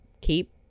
keep